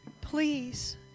please